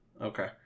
Okay